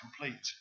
complete